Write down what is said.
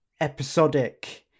episodic